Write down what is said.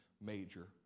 major